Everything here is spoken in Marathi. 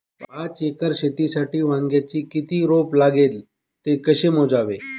पाच एकर शेतीसाठी वांग्याचे किती रोप लागेल? ते कसे मोजावे?